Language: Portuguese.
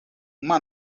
uma